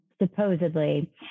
supposedly